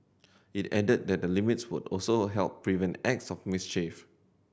it added that the limits would also help prevent acts of mischief